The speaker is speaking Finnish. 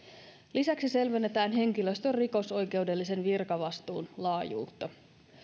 lisäksi selvennetään henkilöstön rikosoikeudellisen virkavastuun laajuutta